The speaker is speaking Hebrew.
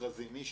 מי יישב בה.